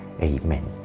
Amen